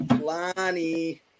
Lonnie